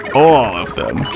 all of them!